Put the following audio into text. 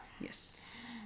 Yes